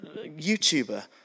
YouTuber